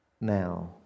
now